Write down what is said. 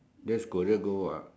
that's career goal what